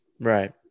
right